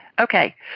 Okay